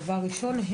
דבר ראשון,